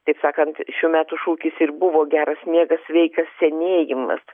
taip sakant šių metų šūkis ir buvo geras miegas sveikas senėjimas